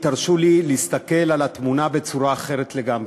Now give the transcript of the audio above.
תרשו לי להסתכל על התמונה בצורה אחרת לגמרי,